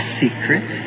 secret